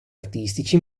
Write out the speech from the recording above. artistici